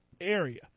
area